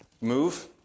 move